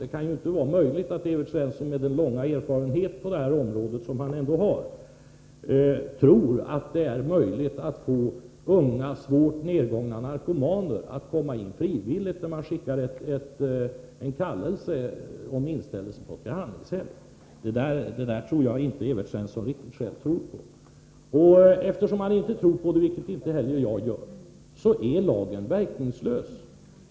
Det kan inte vara möjligt att Evert Svensson, med den långa erfarenhet som han ändå har på det här området, utgår från att det är möjligt att få unga, svårt nedgångna narkomaner att komma frivilligt, när det skickas en kallelse till inställelse på ett behandlingshem. Det där tror väl, som sagt, inte Evert Svensson själv riktigt på. Och eftersom Evert Svensson inte tror på detta — vilket inte heller jag gör — måste vi säga oss att lagen är verkningslös.